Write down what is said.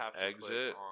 exit